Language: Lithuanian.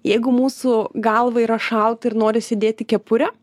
jeigu mūsų galvai yra šalta ir norisi dėti kepurę